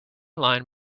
line